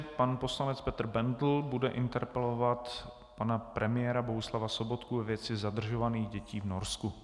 Pan poslanec Petr Bendl bude interpelovat pana premiéra Bohuslava Sobotku ve věci zadržovaných dětí v Norsku.